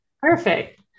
Perfect